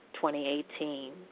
2018